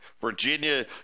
Virginia